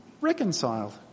reconciled